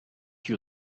you